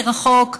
מרחוק,